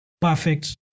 perfect